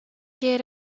get